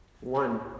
one